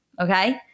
Okay